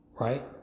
right